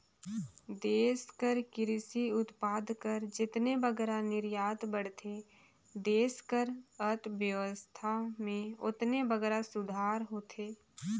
देस कर किरसी उत्पाद कर जेतने बगरा निरयात बढ़थे देस कर अर्थबेवस्था में ओतने बगरा सुधार होथे